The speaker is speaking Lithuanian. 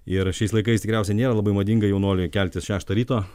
ir šiais laikais tikriausiai nėra labai madinga jaunuoliui keltis šeštą ryto